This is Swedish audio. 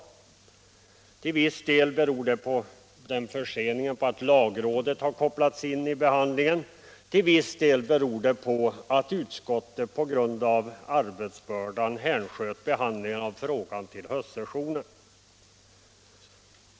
Till viss del beror förseningen på att lagrådet kopplades in i behandlingen, till viss del på att utskottet på grund av arbetsbördan hänsköt behandlingen av frågan till hösten.